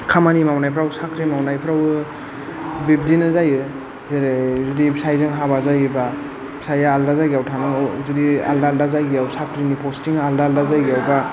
खामानि मावनायफ्राव साख्रि मावनायफोरावबो बिब्दिनो जायो जेरै जुदि फिसायजों हाबा जायोब्ला फिसाया आलादा जायगायाव थांनांगौ जुदि आलदा आलदा जायगायाव साख्रिनि पस्टिं आलादा आलादा जायगायावब्ला